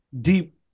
deep